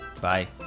Bye